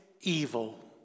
evil